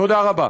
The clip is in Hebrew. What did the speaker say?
תודה רבה.